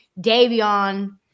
Davion